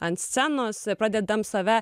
ant scenos pradedam save